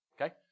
Okay